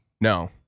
No